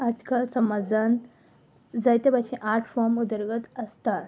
आज काल समाजान जायते भशेन आर्ट फॉर्म उदरगत आसता